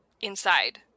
inside